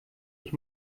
ich